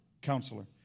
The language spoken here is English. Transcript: counselor